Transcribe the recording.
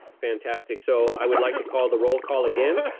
fantastic. so i would like to call the roll call again.